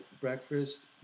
breakfast